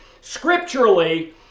scripturally